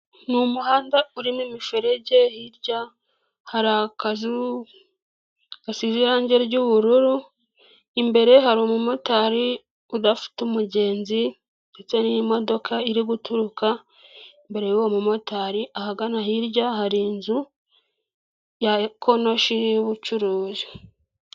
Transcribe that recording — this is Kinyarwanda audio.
Ni umuhanda urimo imiferege, hirya hari akazu gasize irange ry'ubururu, imbere hari umumotari udafite umugenzi ndetse n'imodoka iri guturuka imbere y'uwo mumotari, ahagana hirya hari inzu ya konoshi y'ubucuruzi.